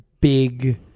big